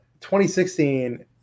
2016